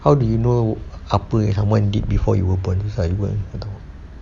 how do you know apa yang someone did before you were born tu saya pun